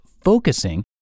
focusing